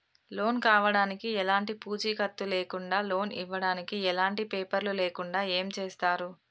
Loan కావడానికి ఎలాంటి పూచీకత్తు లేకుండా లోన్ ఇవ్వడానికి ఎలాంటి పేపర్లు లేకుండా ఏం చేస్తారు?